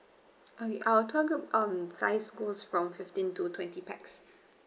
okay uh tour group um size goes from fifteen to twenty pax